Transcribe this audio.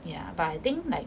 ya but I think like